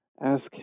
Ask